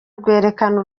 rwerekana